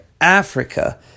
Africa